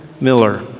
Miller